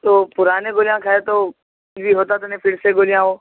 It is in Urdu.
تو پرانے گولیاں کھائے تو بھی ہوتا تو نہیں پھر سے گولیاں وہ